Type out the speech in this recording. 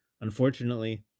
Unfortunately